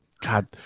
God